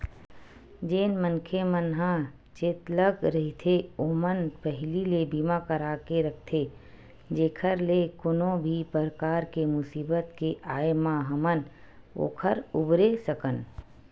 जेन मनखे मन ह चेतलग रहिथे ओमन पहिली ले बीमा करा के रखथे जेखर ले कोनो भी परकार के मुसीबत के आय म हमन ओखर उबरे सकन